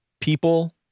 people